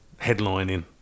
headlining